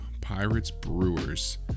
Pirates-Brewers